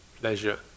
pleasure